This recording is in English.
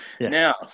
now